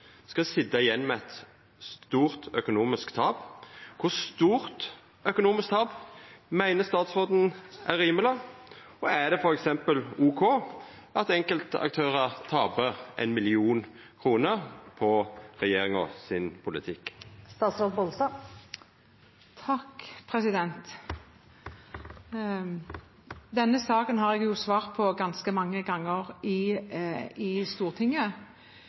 skal sitja igjen med eit stort økonomisk tap? Kor stort økonomisk tap meiner statsråden er rimeleg? Er det f.eks. ok at enkelte aktørar tapar 1 mill. kr på regjeringa sin politikk? Denne saken har jeg jo svart på ganske mange ganger i Stortinget.